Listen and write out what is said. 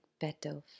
better